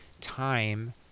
time